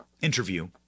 interview